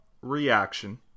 reaction